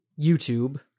YouTube